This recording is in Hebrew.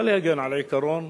בא להגן על עיקרון,